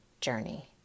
journey